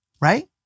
Right